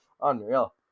unreal